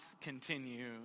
continue